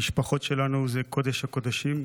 המשפחות שלנו זה קודש-הקודשים,